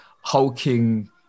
hulking